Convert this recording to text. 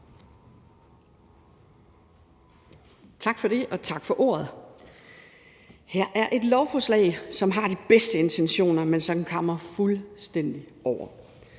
Juul (KF): Tak for ordet. Her er et lovforslag, som har de bedste intentioner, men som kammer fuldstændig over.